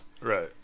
Right